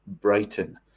Brighton